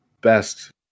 best